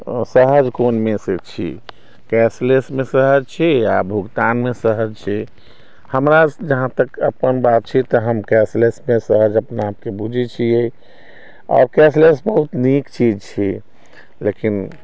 सहज कोनोमेसँ छी कैशलेसमे सहज छी आओर भुगतानमे सहज छी हमरा जहाँ तक अपन बात छी तऽ हम कैशलेसमे सहज अपना आपके बुझै छियै आओर कैशलेस बहुत नीक चीज छियै लेकिन